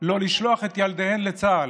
לא לשלוח את ילדיהן לצה"ל?